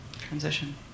transition